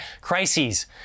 crises